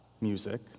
music